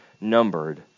numbered